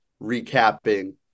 recapping